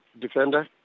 defender